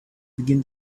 begin